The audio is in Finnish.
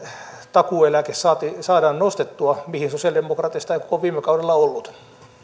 takuueläke saadaan nostettua mihin sosialidemokraateista ei koko viime kaudella ollut